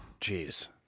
Jeez